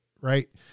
right